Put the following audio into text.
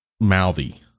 mouthy